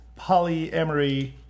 polyamory